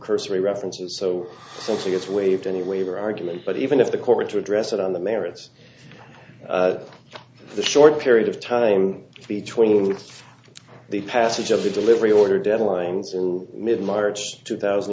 cursory references so it's waived any waiver argument but even if the court to address it on the merits of the short period of time between the passage of the delivery order deadlines and mid march two thousand